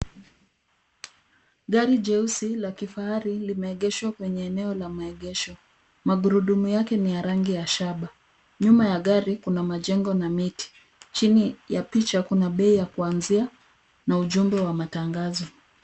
Gari jeuis la kifahari limeegeshwa kwenye eneo la maegesho. Magurudumu yake ni ya rangi ya shada. Nyuma ya gari kuna majengo na miti. Chini ya picha kuna bei ya kuanzia na ujumbe wa matangazo.